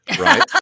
right